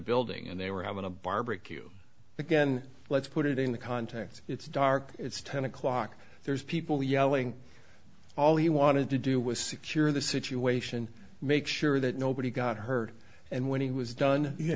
building and they were having a barbecue again let's put it in the context it's dark it's ten o'clock there's people yelling all he wanted to do was secure the situation make sure that nobody got hurt and when he was done